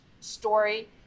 story